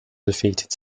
defeated